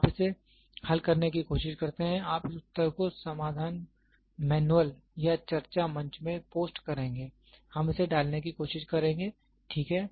आप इसे हल करने की कोशिश करते हैं आप इस उत्तर को समाधान मैनुअल या चर्चा मंच में पोस्ट करेंगे हम इसे डालने की कोशिश करेंगे ठीक है